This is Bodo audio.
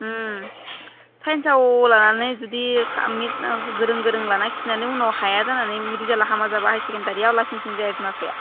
ओम साइन्साव लानानै जुदि गोरों गोरों लानासिनानै उनाव हाया जानानै रिजाल्टा हामा जाबा हाईयार सेकेनदारियाव लासिंसिं जाया बिमा बिफाया